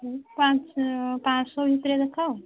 ଏଇ ପାଞ୍ଚଶହ ପାଞ୍ଚଶହ ଭିତରେ ଦେଖାଅ